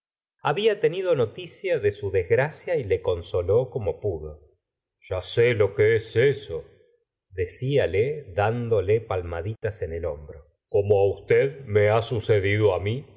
había tenido noticia de su desgracia y le consoló como pudo ya sé lo que es eso deciale dándole palmaditas en el hombro como usted me ha sucedido mi